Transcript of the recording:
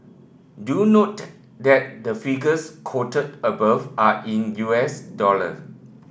do note that the figures quoted above are in U S dollar